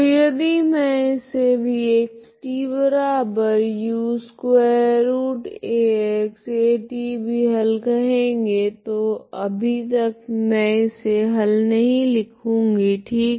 तो यदि मैं इसे vxtu√axat भी हल कहेगे तो अभी तक मैं इसे हल नहीं लिखूँगी ठीक